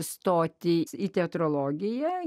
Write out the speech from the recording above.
stoti į teatrologiją